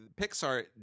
Pixar